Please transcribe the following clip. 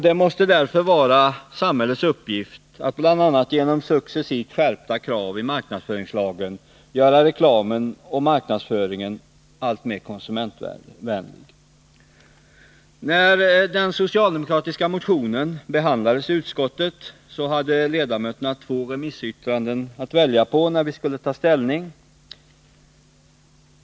Det måste därför vara samhällets uppgift att bl.a. genom successivt skärpta krav i marknadsföringslagen göra reklamen och marknadsföringen alltmer konsumentvänliga. När den socialdemokratiska motionen behandlades i utskottet hade ledamöterna två remissyttranden att välja på vid ställningstagandet.